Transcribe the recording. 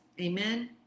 Amen